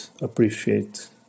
appreciate